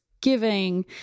giving